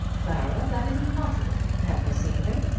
clara, that is impossible. have you seen him?